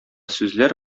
сүзләр